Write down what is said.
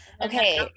Okay